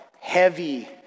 heavy